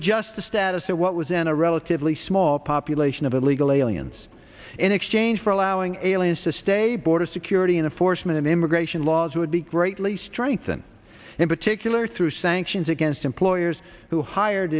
adjust the status of what was in a relatively small population of illegal aliens in exchange for allowing aliens to stay border security in the forstmann immigration laws would be greatly strengthened in particular through sanctions against employers who hired